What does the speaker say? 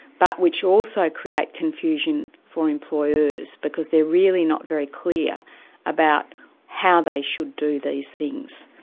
but which also create confusion for employers, because they're really not very clear about how they should do these things.